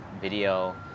video